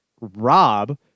Rob